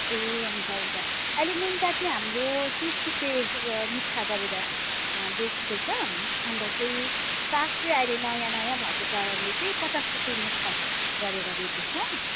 ए हुन्छ हुन्छ अहिले मुन्टा चाहिँ हाम्रो तिस रुपियाँ मुठा गरेर अँ बेच्दैछ अन्त चाहिँ साग चाहिँ अहिले नयाँनयाँ भएको कारणले चाहिँ पचास रुपियाँ मुठा गरेर बेच्दैछ